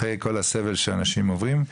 אחרי כל הסבל שאנשים עוברים,